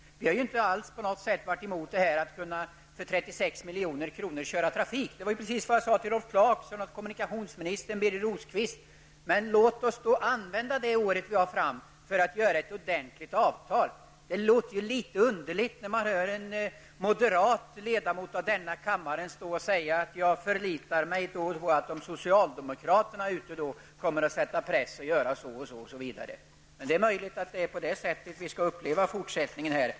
Vi har inte på något sätt varit emot att man för 36 milj.kr. skall köra trafik -- det var ju precis vad jag sade till Rolf Clarkson, till kommunikationsministern och till Birger Rosqvist. Men låt oss då använda det år vi har framför oss för att åstadkomma ett ordentligt avtal. Det låter litet underligt när man hör en moderat, ledamot av denna kammare, stå och säga att han förlitar sig på att socialdemokraterna kommer att sätta press osv. Det är möjligt att det är så vi skall uppleva fortsättningen.